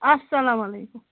اَلسلامُ علیکُم